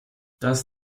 das